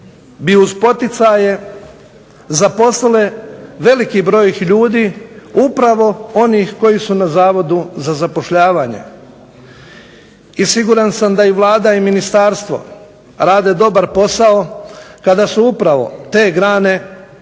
uz poticaje zaposlile velike broj ljudi upravo onih koji su na Zavodu za zapošljavanje i siguran sam da i Vlada i Ministarstvo rade dobro taj posao kada su upravo te grane dobile